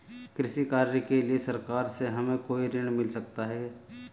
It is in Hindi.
कृषि कार्य के लिए सरकार से हमें कोई ऋण मिल सकता है?